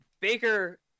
Baker